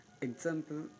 Example